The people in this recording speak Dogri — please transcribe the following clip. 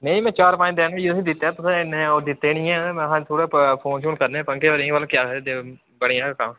नेईं में चार पंज दिन होई गे तुसें गी दित्ते दे तुसें इन्ने ओह् दित्ते निं हैन महां अज्ज थोह्ड़ा फ फोन शोन करने आं पंकज होरें गी भला केह् आखदे बनी जाह्ग तां